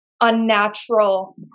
unnatural